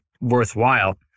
worthwhile